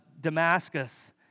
Damascus